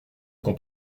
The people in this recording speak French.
qu’on